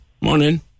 morning